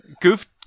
Goof